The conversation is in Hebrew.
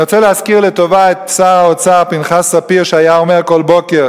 אני רוצה להזכיר לטובה את שר האוצר פנחס ספיר שהיה אומר כל בוקר: